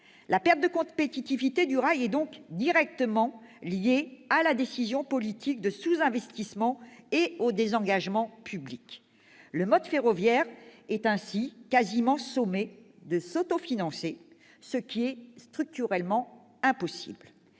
La perte de compétitivité du rail est donc directement liée à la décision politique de sous-investissement et au désengagement public. Le mode ferroviaire est ainsi quasiment sommé de s'autofinancer, ce qui est structurellement impossible.